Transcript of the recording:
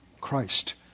Christ